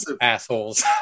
assholes